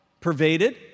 Pervaded